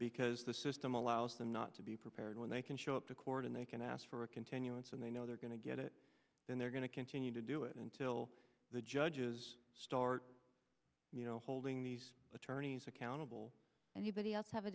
because the system allows them not to be prepared when they can show up to court and they can ask for a continuance and they know they're going to get it and they're going to continue to do it until the judges start you know holding these attorneys accountable anybody else have a